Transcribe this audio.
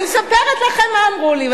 אני מספרת לכם מה אמרו לי.